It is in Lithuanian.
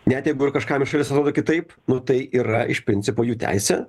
net jeigu ir kažkam iš šalies atrodo kitaip nu tai yra iš principo jų teisė